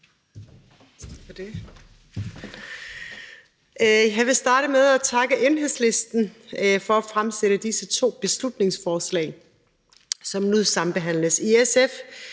Jeg vil starte med at takke Enhedslisten for at fremsætte disse to beslutningsforslag, som nu sambehandles.